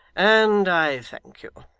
and i thank you.